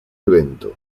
evento